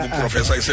professor